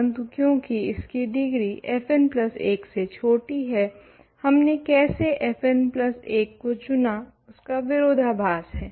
परंतु क्यूंकी इसकी डिग्री fn प्लस 1 से छोटी है हमने केसे fn प्लस 1 चुना उसका विरोधाभास है